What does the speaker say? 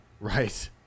Right